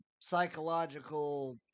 psychological